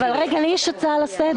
רגע, יש לי הצעה לסדר.